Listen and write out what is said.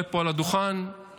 ואז עולה פה על הדוכן שר,